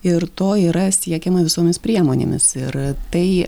ir to yra siekiama visomis priemonėmis ir tai